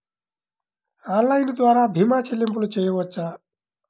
Online ద్వార భీమా చెల్లింపులు చేయవచ్చా?